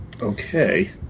Okay